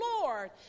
Lord